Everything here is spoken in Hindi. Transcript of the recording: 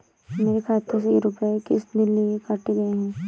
मेरे खाते से रुपय किस लिए काटे गए हैं?